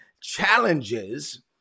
challenges